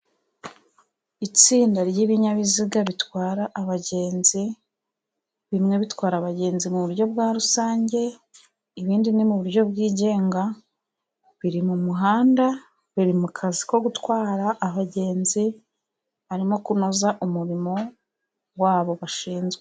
Itsinda ry'ibinyabiziga bitwara abagenzi: bimwe bitwara abagenzi mu buryo bwa rusange, ibindi ni mu buryo bwigenga. Biri mu muhanda, biri mu kazi ko gutwara abagenzi, harimo kunoza umurimo wabo bashinzwe.